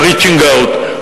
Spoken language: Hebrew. ה-reaching out,